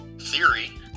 theory